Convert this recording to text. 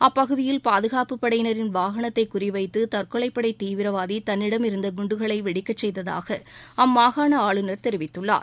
அப்பகுதியில் பாதுகாப்புப் படையினரின் வாகனத்தை குறிவைத்து தற்கொலைப்படை தீவிரவாதி தன்னிடம் இருந்த குண்டுகளை வெடிக்கச் செய்ததாக அம்மாகாண ஆளுநர் தெரிவித்துள்ளார்